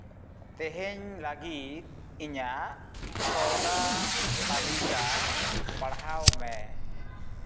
ᱛᱮᱦᱮᱧ ᱞᱟᱹᱜᱤᱫ ᱤᱧᱟᱹᱜ ᱥᱚᱭᱫᱟ ᱛᱟᱹᱞᱤᱠᱟ ᱯᱟᱲᱦᱟᱣ ᱢᱮ